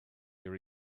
your